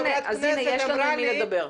אז הנה, יש לנו עם מי לדבר.